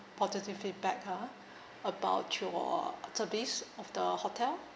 positive feedback ha about your service of the hotel